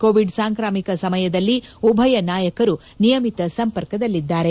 Covid ಸಾಂಕ್ರಾಮಿಕ ಸಮಯದಲ್ಲಿ ಉಭಯ ನಾಯಕರು ನಿಯಮಿತ ಸಂಪರ್ಕದಲ್ಲಿದ್ದಾರೆ